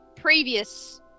previous